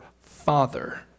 father